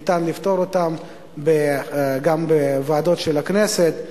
אפשר לפתור אותם גם בוועדות של הכנסת.